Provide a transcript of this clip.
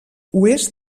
oest